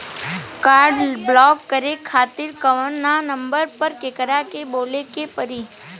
Card block करे खातिर कवना नंबर पर केकरा के बोले के परी?